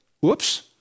Whoops